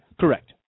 Correct